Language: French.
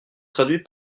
traduit